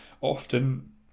often